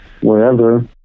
wherever